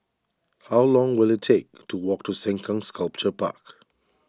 how long will it take to walk to Sengkang Sculpture Park